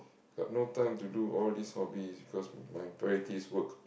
got no time to do all this hobbies because my priorities work